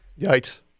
Yikes